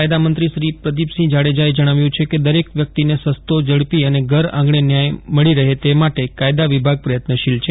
કાયદા મંત્રી શ્રી પ્રદિપસિંહ જાડેજાએ જજ્ઞાવ્યું છે કે દરેક વ્યક્તિને સસ્તો ઝડપી અને ઘર આંગજ્ઞે ન્યાય મળી રહે તે માટે કાયદા વિભાગ પ્રયત્તશીલ છે